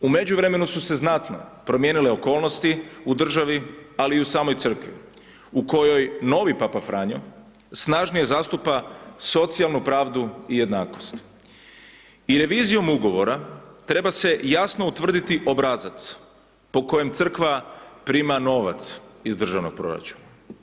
U međuvremenu su se znatno promijenile okolnosti u državi ali i u samoj Crkvi u kojoj novi papa Franjo snažnije zastupa socijalnu pravdu i jednakost i revizijom ugovora treba se jasno utvrditi obrazac po kojem crkva prima novac iz državnog proračuna.